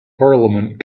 parliament